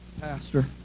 pastor